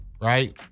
right